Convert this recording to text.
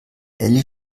elli